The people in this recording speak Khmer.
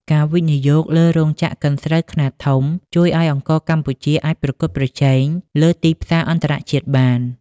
ការវិនិយោគលើរោងចក្រកិនស្រូវខ្នាតធំ ជួយឱ្យអង្ករកម្ពុជាអាចប្រកួតប្រជែងលើទីផ្សារអន្តរជាតិបាន។